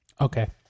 Okay